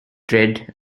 dread